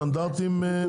בסטנדרטים נכונים.